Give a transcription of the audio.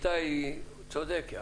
איתי צודק,